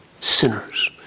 sinners